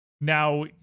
Now